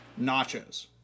nachos